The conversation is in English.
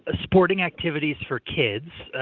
ah sporting activities for kids.